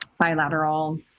bilateral